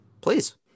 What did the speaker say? Please